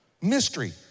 mystery